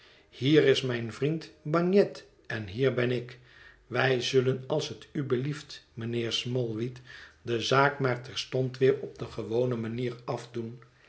hier is mijn vriend bagnet en hier ben ik wij zullen als het u belieft mijnheer smallweed de zaak maar terstond weer op de gewone manier afdoen